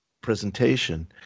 presentation